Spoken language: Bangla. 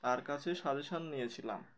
তার কাছে সাজেশন নিয়েছিলাম